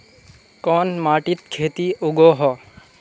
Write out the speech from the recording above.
कोन माटित खेती उगोहो?